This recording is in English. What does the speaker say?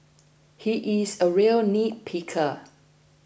he is a real nitpicker